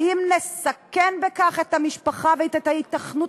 האם נסכן בכך את המשפחה ואת ההיתכנות